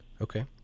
Okay